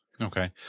Okay